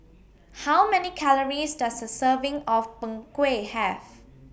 How Many Calories Does A Serving of Png Kueh Have